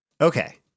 Okay